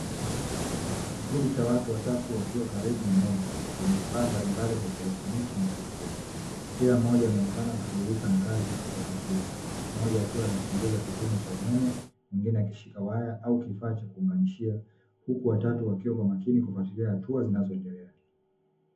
Kikundi cha watu watatu wakiwa karibu na meza yenye vifaa mbalimbali vya kieletroniki na kiufundi. Kila mmoja anaonekana kushughulika na kazi kwa makini, mmoja akiwa anachunguza kipimo cha umeme mwingine akishika waya au kifaa cha kuunganishia huku watatu akiwa kwa makini kufuatilia hatua zinazoendelea.